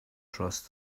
trust